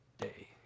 day